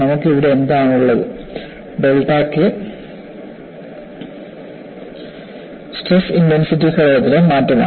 നമുക്ക് ഇവിടെ എന്താണുള്ളത് ഡെൽറ്റ K സ്ട്രെസ് ഇൻടെൻസിറ്റി ഘടകത്തിലെ മാറ്റമാണ്